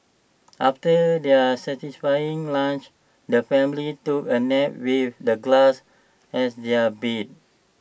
after their satisfying lunch the family took A nap with the grass as their bed